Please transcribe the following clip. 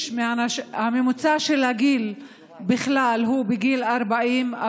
הממוצע של הגיל בכלל הוא גיל 40,